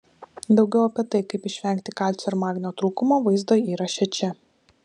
daugiau apie tai kaip išvengti kalcio ir magnio trūkumo vaizdo įraše čia